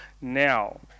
now